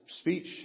speech